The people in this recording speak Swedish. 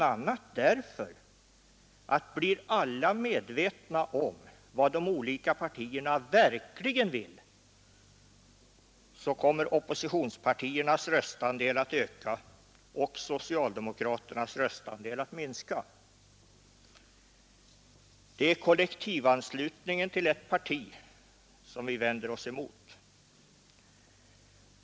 a. därför att blir alla medvetna om vad de olika partierna verkligen vill så kommer Ooppositionspartiernas röstandel att öka och socialdemokraternas röstandel att minska. Det är kollektivanslutningen till ett parti som vi vänder oss emot.